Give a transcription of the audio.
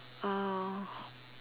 uh